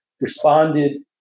responded